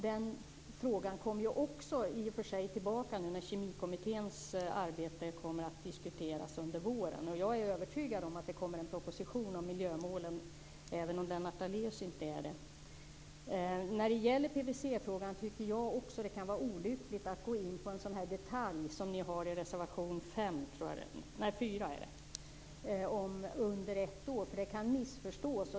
Den frågan kommer ju också tillbaka när Kemikommitténs arbete diskuteras under våren. Jag är övertygad om att det kommer en proposition om miljömålen, även om Lennart Daléus inte är det. När det gäller PVC-frågan tycker jag också att det kan vara olyckligt att gå in på en sådan detalj som i reservation 4 om barn under ett år. Det kan missförstås.